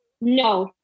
no